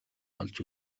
олж